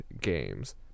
games